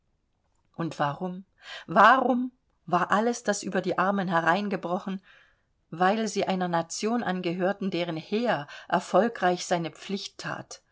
und warum warum war alles das über die armen hereingebrochen weil sie einer nation angehörten deren heer erfolgreich seine pflicht that